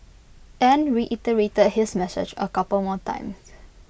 and reiterated his message A couple more times